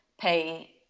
pay